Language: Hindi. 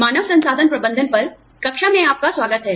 मानव संसाधन प्रबंधन पर कक्षा में आपका स्वागत है